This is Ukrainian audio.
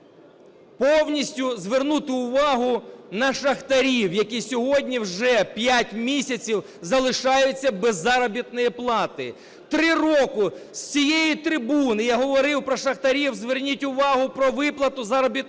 повністю звернути увагу на шахтарів, які сьогодні вже 5 місяців залишаються без заробітної плати. 3 роки з цієї трибуни я говорив про шахтарів. Зверніть увагу про виплату заробітної плати,